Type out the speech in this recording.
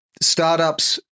startups